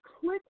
click